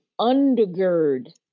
undergird